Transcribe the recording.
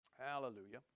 hallelujah